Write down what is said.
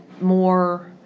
more